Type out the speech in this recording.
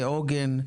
כעוגן,